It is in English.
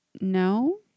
no